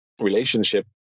relationship